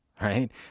right